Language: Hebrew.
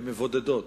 הן מבודדות,